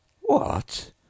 What